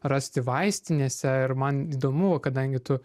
rasti vaistinėse ir man įdomu kadangi tu